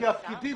הפקידים